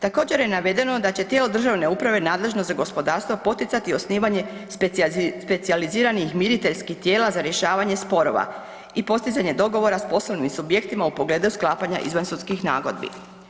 Također je navedeno da će tijelo državne uprave nadležno za gospodarstvo poticati osnivanje specijaliziranih miriteljskih tijela za rješavanje sporova i postizanje dogovora sa posebnim subjektima u pogledu sklapanja izvansudskih nagodbi.